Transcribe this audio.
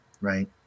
Right